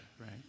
right